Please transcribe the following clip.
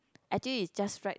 actually is just right